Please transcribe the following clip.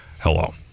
Hello